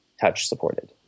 touch-supported